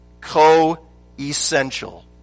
co-essential